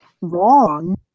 wrong